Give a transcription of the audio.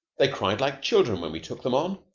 they cried like children when we took them on.